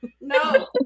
No